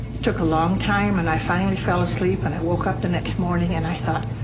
took a long time. and i finally fell asleep. and i woke up the next morning. and i thought,